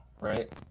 right